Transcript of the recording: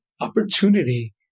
opportunity